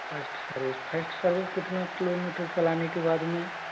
first service first service कितना kilometre चलाने के बाद में